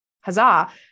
Huzzah